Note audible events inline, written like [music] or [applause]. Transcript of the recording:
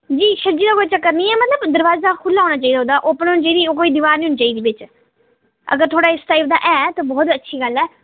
जी [unintelligible] दा कोई चक्कर निं ऐ मतलब दरवाजा खु'ल्ला होना चाहिदा ओह्दा ओपन होना चाहिदी ओह् कोई दिवार निं होनी चाहिदी बिच्च अगर थुआढ़ा इस टाइप दा ऐ तां बोह्त अच्छी गल्ल ऐ